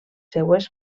seues